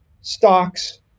stocks